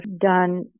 done